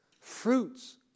fruits